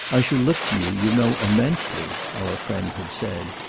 i shall look to you, you know, immensely, our friend had said,